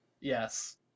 Yes